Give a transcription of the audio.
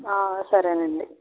సరే అండి